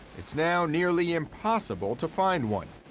it's now nearly impossible to find one.